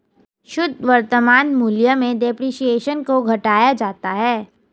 शुद्ध वर्तमान मूल्य में डेप्रिसिएशन को घटाया जाता है